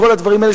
כל הדברים האלה,